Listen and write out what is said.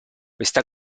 questa